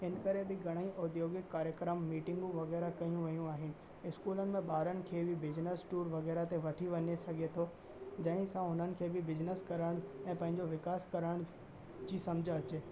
हिन करे बि घणेई ओद्ययोगिक कार्यक्रम मीटिंगूं वग़ैरह कयूं वियूं आहिनि स्कूलनि में ॿारनि खे बि बिज़निस टूर वग़ैरह ते वठी वञे सघे थो जंहिंसां हुननि खे बि बिज़निस करणु ऐं पंहिंजो विकास करण जी सम्झ अचे